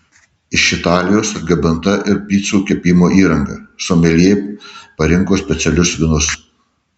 iš italijos atgabenta ir picų kepimo įranga someljė parinko specialius vynus